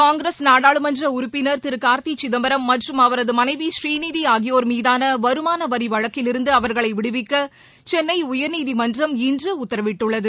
காங்கிரஸ் நாடாளுமன்றஉறுப்பினர் திருகார்த்திசிதம்பரம் மற்றும் அவரதுமனைவி ஸ்ரீநிதிஆகியோர் மீதானவருமானவரிவழக்கிலிருந்து அவர்களைவிடுவிக்கசென்னைஉயர்நீதிமன்றம் இன்றுஉத்தரவிட்டுள்ளது